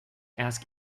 ask